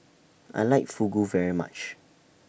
I like Fugu very much